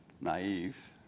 naive